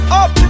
up